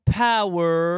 power